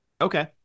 Okay